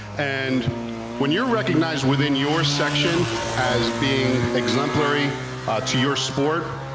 and when you're recognized within your section as being exemplary to your sport,